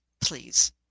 please